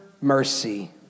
mercy